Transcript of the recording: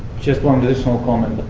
just one additional comment,